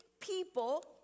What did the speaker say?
people